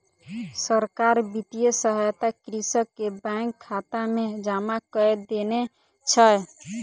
सरकार वित्तीय सहायता कृषक के बैंक खाता में जमा कय देने छै